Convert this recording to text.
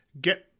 get